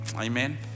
amen